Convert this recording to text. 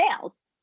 sales